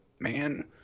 man